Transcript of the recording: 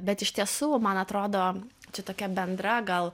bet iš tiesų man atrodo čia tokia bendra gal